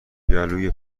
گلوی